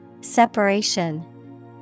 Separation